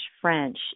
French